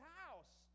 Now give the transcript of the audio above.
house